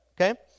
okay